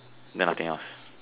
then nothing else